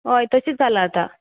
हय तशीच जाला आतां